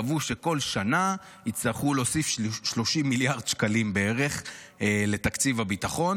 קבעו שכל שנה יצטרכו להוסיף 30 מיליארד שקלים בערך לתקציב הביטחון.